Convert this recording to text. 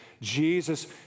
Jesus